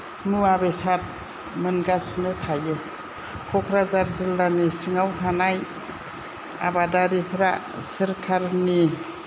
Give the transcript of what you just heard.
मुवा बेसाद मोनगासिनो थायो क'क्राझार जिल्लानि सिङाव थानाय आबादारिफ्रा सरखारनि